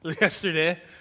yesterday